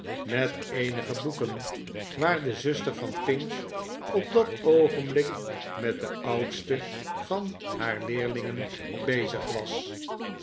met eenige boeken waar de zuster van pinch op dat oogenblik met de oudste van haar leerlingen bezig was